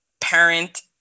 parent